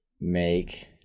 make